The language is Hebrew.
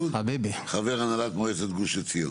חבר הנהלת מועצת גוש עציון.